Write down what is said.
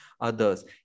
others